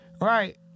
Right